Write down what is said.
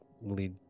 lead